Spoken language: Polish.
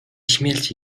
śmierć